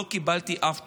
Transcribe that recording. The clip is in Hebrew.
לא קיבלתי אף תשובה.